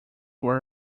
were